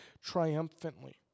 triumphantly